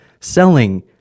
selling